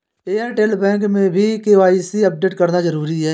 Airtel bank में भी KYC update करना जरूरी है